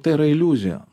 tai yra iliuzija